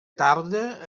tarda